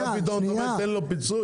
עכשיו פתאום אתה אומר: ניתן לו פיצוי?